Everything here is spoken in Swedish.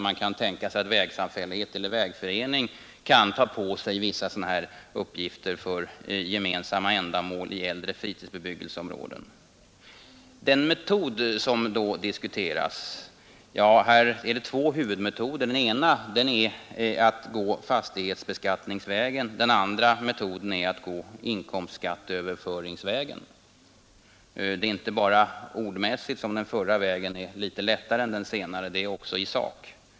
Man kan ju tänka sig att vägsamfällighet eller vägförening kan ta på sig vissa sådana här uppgifter för gemensamma ändamål i äldre fritidsbebyggelseområden. Det är två huvudmetoder som diskuteras. Den ena är att gå fastighetsbeskattningsvägen, den andra är att gå inkomstskatteöverföringsvägen. Inte bara när det gäller ordalydelsen är den första vägen litet lättare, den är det också i sak.